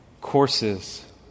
courses